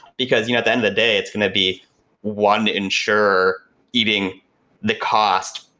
because you know at the end of the day, it's going to be one insurer eating the cost,